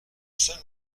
saint